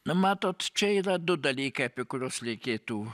na matot čia yra du dalykai apie kuriuos reikėtų